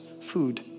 food